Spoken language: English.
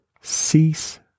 Cease